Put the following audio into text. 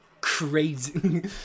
Crazy